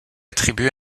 attribué